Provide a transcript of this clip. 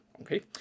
Okay